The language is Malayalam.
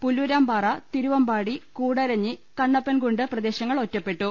പുല്ലൂരാം പാറ തിരുവമ്പാടി കൂടരഞ്ഞി കണ്ണപ്പൻകുണ്ട് പ്രദേശങ്ങൾ ഒറ്റപ്പെട്ടു